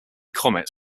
comet